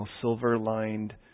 silver-lined